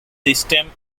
system